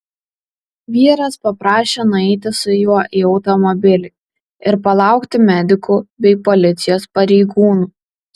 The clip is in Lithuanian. vyras paprašė nueiti su juo į automobilį ir palaukti medikų bei policijos pareigūnų